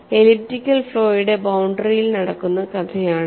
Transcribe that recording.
elliptical ഫ്ലോയുടെ ബൌണ്ടറിയിൽ നടക്കുന്ന കഥയാണിത്